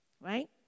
right